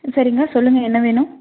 சரிங்க சொல்லுங்கள் என்ன வேணும்